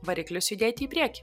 variklis judėti į priekį